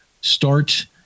start